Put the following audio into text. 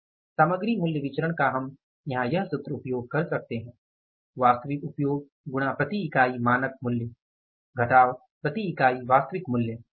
सामग्री मूल्य विचरण का हम यहाँ यह सूत्र उपयोग कर सकते हैं वास्तविक उपयोग गुणा प्रति इकाई मानक मूल्य प्रति इकाई वास्तविक मूल्य